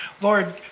Lord